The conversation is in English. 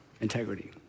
integrity